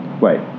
wait